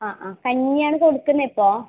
ആ ആ കഞ്ഞിയാണ് കൊടുക്കുന്നത് ഇപ്പോൾ